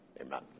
amen